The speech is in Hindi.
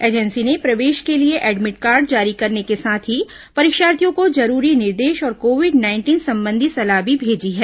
एजेंसी ने प्रवेश के लिए एडमिट कार्ड जारी करने के साथ ही परीक्षार्थियों को जरूरी निर्देश और कोविड नाइंटीन संबंधी सलाह भी भेजी है